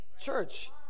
Church